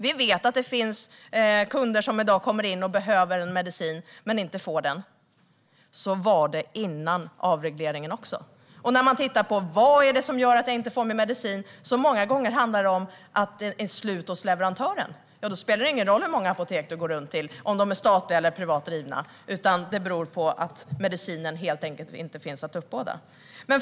Vi vet att det finns kunder som i dag kommer in och behöver en medicin men som inte får den, men så var det före avregleringen också. När man tittar på vad det är som gör att man inte får sin medicin ser man att det många gånger handlar om att den är slut hos leverantören. Då spelar det ju ingen roll hur många apotek man går runt till, eller om de är statliga eller privat drivna, utan det beror på att medicinen helt enkelt inte finns att uppbåda.